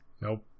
Nope